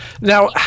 Now